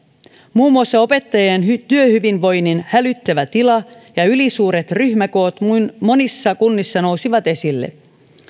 muun muassa opettajien työhyvinvoinnin hälyttävä tila ja ylisuuret ryhmäkoot monissa kunnissa nousivat esille